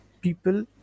people